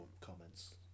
comments